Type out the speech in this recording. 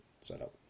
setup